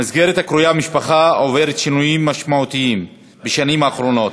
המסגרת הקרויה משפחה עוברת שינויים משמעותיים בשנים האחרונות,